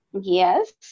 Yes